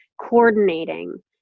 coordinating